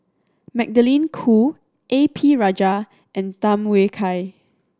Magdalene Khoo A P Rajah and Tham Yui Kai